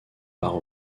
par